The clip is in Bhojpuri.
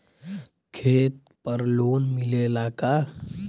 खेत पर लोन मिलेला का?